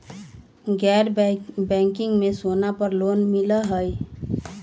गैर बैंकिंग में सोना पर लोन मिलहई?